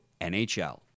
NHL